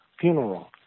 funeral